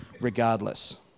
regardless